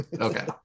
Okay